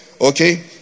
okay